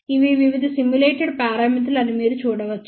ఇవి వివిధ సిములేటెడ్ పారామితులు అని మీరు చూడవచ్చు